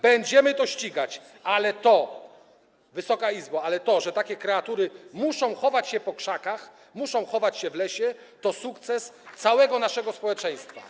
Będziemy to ścigać, Wysoka Izbo, ale to, że takie kreatury muszą chować się po krzakach, muszą chować się w lesie, to sukces całego naszego społeczeństwa.